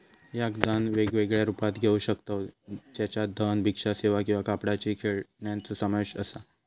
याक दान वेगवेगळ्या रुपात घेऊ शकतव ज्याच्यात धन, भिक्षा सेवा किंवा कापडाची खेळण्यांचो समावेश असा